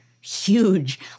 huge